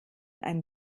ein